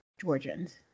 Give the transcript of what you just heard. Georgians